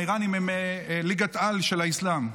האיראנים הם ליגת-על של האסלאם,